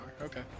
Okay